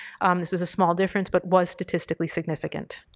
this is a small difference, but was statistically significant.